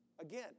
Again